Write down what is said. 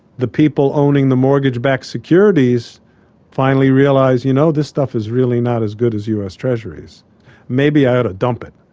the people owning the mortgage-backed securities finally realised, you know, this stuff is really not as good as us treasury, maybe i ought to dump it.